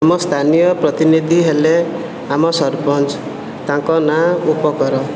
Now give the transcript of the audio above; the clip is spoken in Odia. ଆମ ସ୍ଥାନୀୟ ପ୍ରତିନିଧି ହେଲେ ଆମ ସରପଞ୍ଚ ତାଙ୍କ ନାଁ ଉପକର